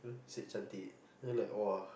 said cantik then I like !wah!